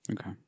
Okay